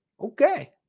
okay